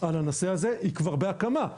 היא כבר בהקמה.